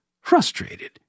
frustrated